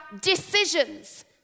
decisions